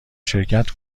شرکت